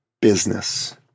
business